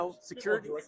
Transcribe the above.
security